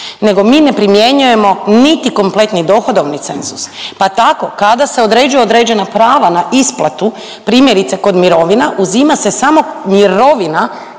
nego mi ne primjenjujemo niti kompletni dohodovni cenzus, pa tako kada se određuju određena prava na isplatu primjerice kod mirovina uzima se samo mirovina